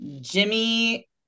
Jimmy